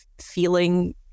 feeling